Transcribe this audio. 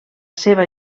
seva